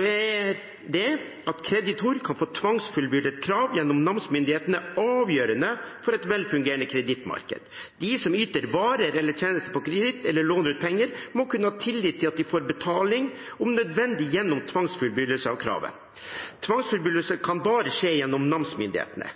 er det at kreditor kan få tvangsfullbyrdet krav gjennom namsmyndighetene, avgjørende for et velfungerende kredittmarked. De som yter varer eller tjenester på kreditt, eller låner ut penger, må kunne ha tillit til at de får betaling, om nødvendig gjennom tvangsfullbyrdelse av kravet. Tvangsfullbyrdelse kan bare skje gjennom namsmyndighetene.